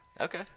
Okay